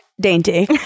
Dainty